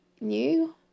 new